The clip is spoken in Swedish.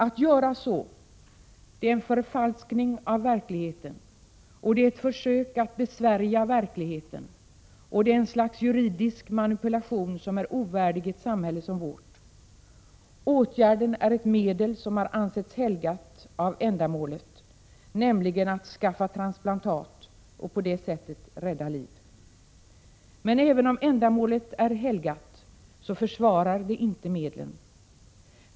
Att göra så är att förfalska verkligheten. Det är ett försök att besvärja verkligheten. Det är ett slags juridisk manipulation som är ovärdig ett samhälle som vårt. Åtgärden är ett medel som har ansetts helgat av ändamålet, nämligen att skaffa transplantat och på det sättet rädda liv. Men även om ändamålet är helgat, försvarar det inte medlen.